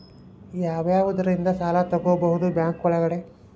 ಯಾವ್ಯಾವುದರಿಂದ ಸಾಲ ತಗೋಬಹುದು ಬ್ಯಾಂಕ್ ಒಳಗಡೆ?